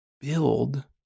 build